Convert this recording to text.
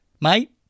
mate